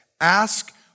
Ask